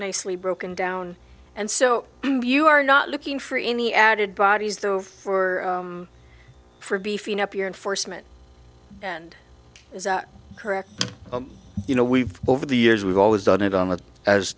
nicely broken down and so you are not looking for any added bodies though for for beefing up your enforcement and correct you know we've over the years we've always done it on